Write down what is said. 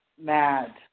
mad